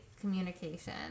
communication